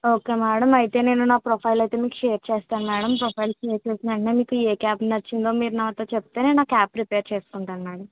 okay madam అయితే నేను నా ప్రోఫైల్ అయితే మీకు షేర్ చేస్తాను మేడం ప్రొఫైల్ షేర్ చేసిన వెంటనే మీకు ఏ క్యాబ్ నచ్చిందో మీరు నాతో చెప్తే నేను ఆ క్యాబ్ ప్రిపేర్ చేసుకుంటాను మేడం